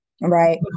Right